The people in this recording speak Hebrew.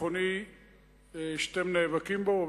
הביטחוני שאתם נאבקים בו.